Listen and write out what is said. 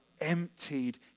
emptied